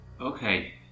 Okay